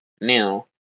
now